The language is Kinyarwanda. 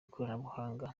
ikoranabuhanga